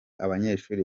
abanyeshuri